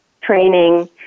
training